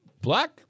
Black